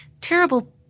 terrible